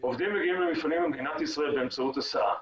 עובדים מגיעים למפעלים במדינת ישראל באמצעות הסעה.